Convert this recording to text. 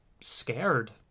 scared